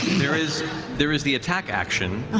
there is there is the attack action,